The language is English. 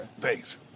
Thanks